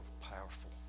powerful